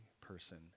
person